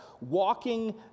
walking